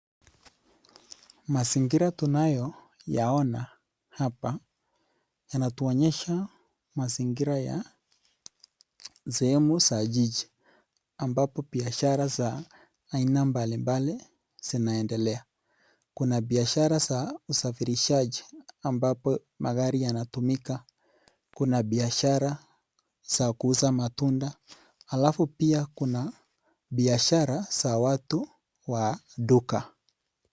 Mazingira tunayoyaona hapa yanatuonyesha mazingira ya sehemu za jiji ambapo biashara za aina mbalimbali zinaendelea, kuna biashara za usafirishaji ambapo magari yanatumika, kuna biashara za kuuza matunda alafu pia kuna biashara za watu wa duka.